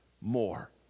more